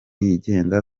yigenga